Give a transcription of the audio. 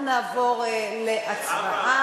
מוסדות, אנחנו נעבור להצבעה.